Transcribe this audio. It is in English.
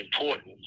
important